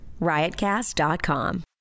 RiotCast.com